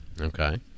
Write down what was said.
okay